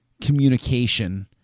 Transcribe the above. communication